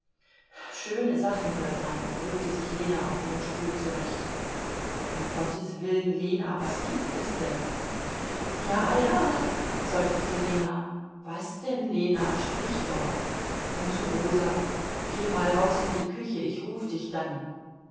schöne sachen hört man rückte sich lena auf ihrem stuhl zurecht um gotteswillen lena was gibt es denn ja ja seufzte lena was denn lena sprich doch und zu rosa geh mal raus in die küche ich ruf dich dann